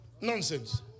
nonsense